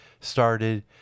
started